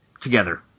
together